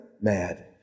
mad